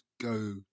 go